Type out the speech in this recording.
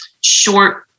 short